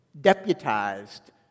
deputized